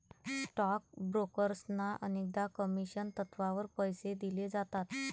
stock ब्रोकर्सना अनेकदा commission तत्त्वावर पैसे दिले जातात